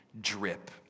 drip